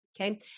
Okay